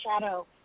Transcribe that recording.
shadow